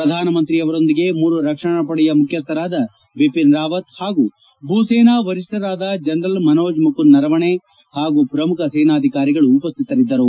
ಪ್ರಧಾನಮಂತ್ರಿಯವರೊಂದಿಗೆ ಮೂರು ರಕ್ಷಣಾಪಡೆಯ ಮುಖ್ಯಸ್ತರಾದ ಬಿಟಿನ್ ರಾವತ್ ಹಾಗೂ ಭೂ ಸೇನಾ ವರಿಷ್ಠರಾದ ಜನರಲ್ ಮನೋಜ್ ಮುಕುಂದ್ ನರವಣೆ ಹಾಗೂ ಪ್ರಮುಖ ಸೇನಾಧಿಕಾರಿಗಳು ಉಪಸ್ಥಿತರಿದ್ದರು